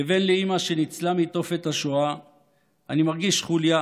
כבן לאימא שניצלה מתופת השואה אני מרגיש חוליה,